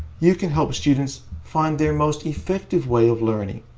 you can help students find their most effective way of learning,